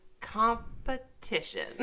competition